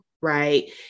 right